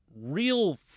real